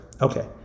Okay